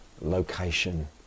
location